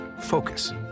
focus